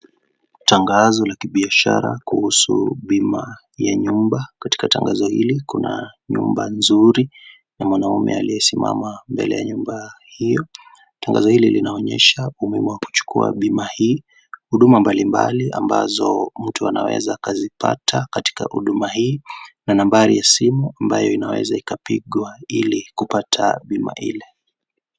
Tangazo la kibiashara kuhusu bima ya nyumba . Katika tangazo hili kuna nyumba nzuri na mwanaume aliyesimama mbele ya nyumba hiyo . Tangazo hili linaonyesha umuhimu wa kuchukua bima hii , huduma mbalimbali ambazo mtu anaweza akazipata katika huduma hii na nambari ya simu ambayo inaweza ikapigwa ili kupata bima ile.